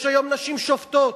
יש היום נשים שופטות,